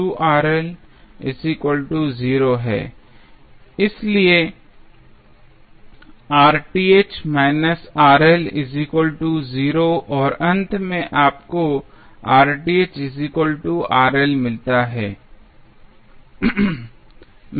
इसलिए और अंत में आपको मिलता है